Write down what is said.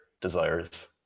desires